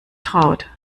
traut